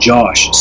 Josh